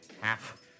Half